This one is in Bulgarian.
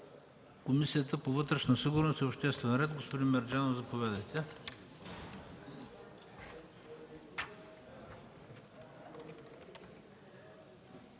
Комисията по вътрешна сигурност и обществен ред. Господин Мерджанов, заповядайте.